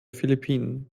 philippinen